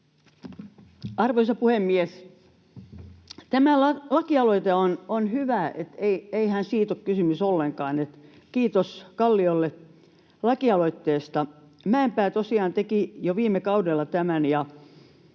Arvoisa puhemies! Tämä lakialoite on hyvä, niin että eihän siitä ole kysymys ollenkaan, kiitos edustaja Kalliolle lakialoitteesta. Edustaja Mäenpää tosiaan teki jo viime kaudella tämän.